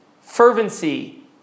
fervency